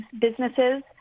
businesses